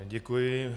Děkuji.